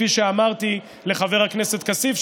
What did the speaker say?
כפי שאמרתי לחבר הכנסת כסיף,